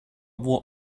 what